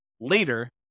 later